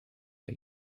are